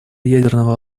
ядерного